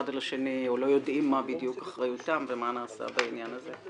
על השני או לא יודעים מה בדיוק אחריותם ומה נעשה בעניין הזה.